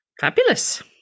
Fabulous